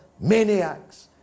maniacs